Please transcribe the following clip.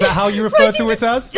how you are flirting with us?